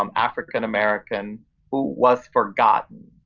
um african american who was forgotten,